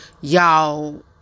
Y'all